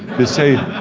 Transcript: they say,